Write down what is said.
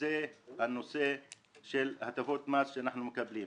הנושא של הטבות מס שאנחנו מקבלים.